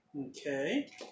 Okay